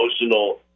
emotional